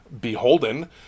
beholden